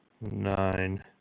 nine